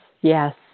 yes